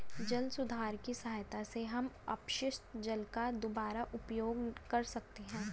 जल सुधार की सहायता से हम अपशिष्ट जल का दुबारा उपयोग कर सकते हैं